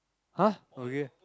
!huh! okay